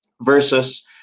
versus